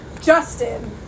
Justin